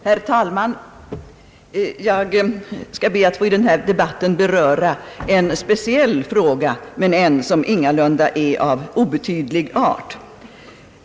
Herr talman! Jag skall be att i denna debatt få beröra en speciell fråga som ingalunda är av obetydlig art.